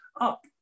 up